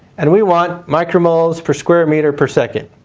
and we want micromoles per square meter per second.